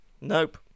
Nope